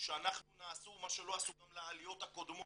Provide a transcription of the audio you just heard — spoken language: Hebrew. שאנחנו נעשה מה שלא עשו גם לעליות הקודמות,